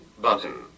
Button